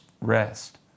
rest